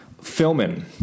filming